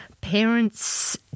parents